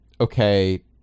okay